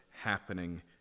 happening